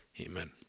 Amen